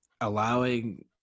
allowing